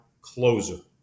closer